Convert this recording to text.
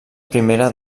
primera